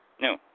No